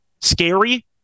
scary